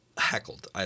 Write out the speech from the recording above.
Heckled